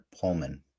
Pullman